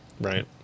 Right